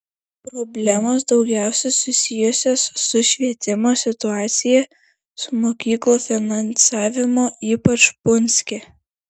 problemos daugiausiai susijusios su švietimo situacija su mokyklų finansavimu ypač punske